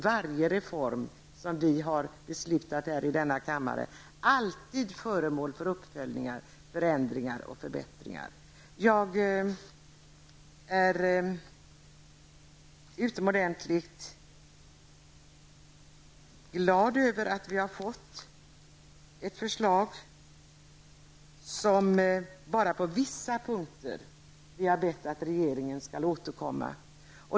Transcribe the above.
Varje reform som vi fattar beslut om i denna kammare är alltid föremål för uppföljningar, förändringar och förbättringar. Jag är utomordentligt glad över att vi har fått ett förslag där vi bara på vissa punkter har bett att regeringen skall återkomma.